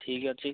ଠିକ୍ ଅଛି